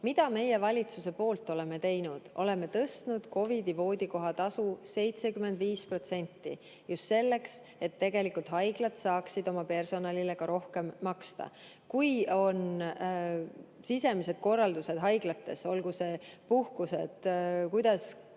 Mida meie valitsuse poolt oleme teinud? Me oleme tõstnud COVID-i voodikoha tasu 75%, just selleks, et haiglad saaksid oma personalile ka rohkem maksta. Kui on sisemised korraldused haiglates, olgu puhkused või kuidas